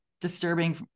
disturbing